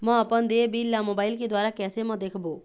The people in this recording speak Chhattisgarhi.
म अपन देय बिल ला मोबाइल के द्वारा कैसे म देखबो?